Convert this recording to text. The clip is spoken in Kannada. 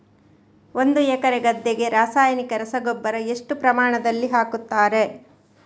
ಒಂದು ಎಕರೆ ಗದ್ದೆಗೆ ರಾಸಾಯನಿಕ ರಸಗೊಬ್ಬರ ಎಷ್ಟು ಪ್ರಮಾಣದಲ್ಲಿ ಹಾಕುತ್ತಾರೆ?